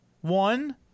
One